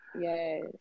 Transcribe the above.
Yes